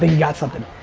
and got something.